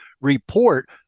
report